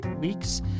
weeks